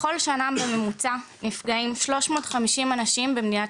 בכל שנה בממוצע נפגשים 350 אנשים במדינת